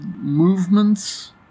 movements